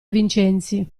vincenzi